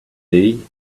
dvd